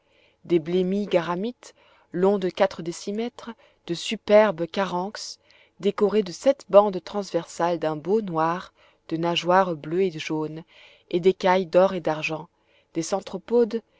des blémies garamits longs de quatre décimètres de superbes caranx décorés de sept bandes transversales d'un beau noir de nageoires bleues et jaunes et d'écailles d'or et d'argent des